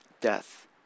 death